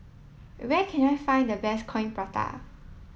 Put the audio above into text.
where can I find the best coin Prata